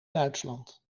duitsland